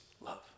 love